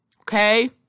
Okay